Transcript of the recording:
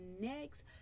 next